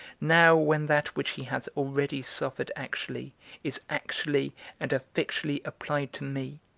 now when that which he hath already suffered actually is actually and effectually applied to me?